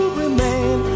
remain